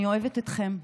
אני אוהבת אתכם.